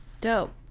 Dope